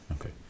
okay